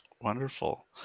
Wonderful